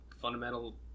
fundamental